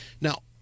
now